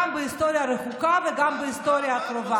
גם בהיסטוריה הרחוקה וגם בהיסטוריה הקרובה.